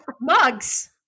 mugs